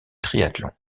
triathlon